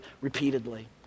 repeatedly